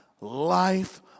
life